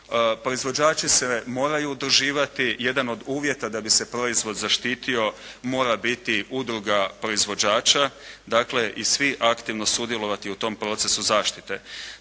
Proizvođači se moraju udruživati, jedan od uvjeta da bi se proizvod zaštitio mora biti udruga proizvođača, dakle i svi aktivno sudjelovati u tom procesu zaštite.